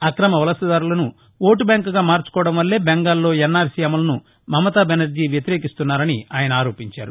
అక్రమవలసదారులను ఓటు బ్యాంకుగా మార్చుకోవడం వల్లే బెంగాల్లో ఎన్ఆర్సీ అమలును మమతా బెనర్జీ వ్యతిరేకిస్తోందని ఆయన ఆరోపించారు